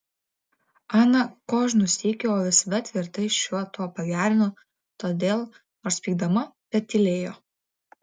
ana kožnu sykiu o visada tvirtai šiuo tuo pagerino todėl nors pykdama bet tylėjo